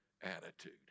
attitude